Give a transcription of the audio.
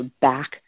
back